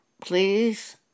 Please